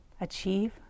achieve